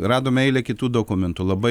radome eilę kitų dokumentų labai